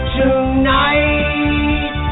tonight